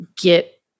get